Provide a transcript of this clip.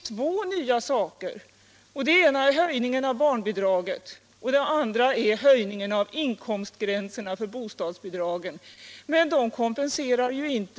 Två saker är nya, nämligen höjningen av barnbidraget och höjningen av inkomstgränserna för bostadsbidragen, båda fr.o.m. 1 januari 1978.